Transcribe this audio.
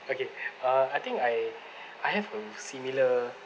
okay uh I think I I have a similar